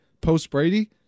post-Brady